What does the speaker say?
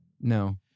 No